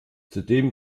zudem